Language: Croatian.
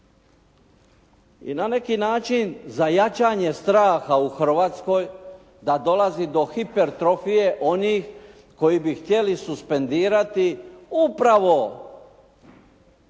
i na neki način za jačanje straha u Hrvatskoj da dolazi do hitlertrofije onih koji bi htjeli suspendirati upravo